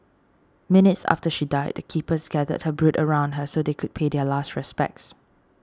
minutes after she died the keepers gathered her brood around her so they could pay their last respects